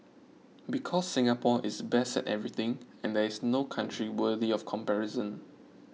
because Singapore is best at everything and there is no country worthy of comparison